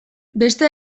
beste